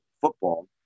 football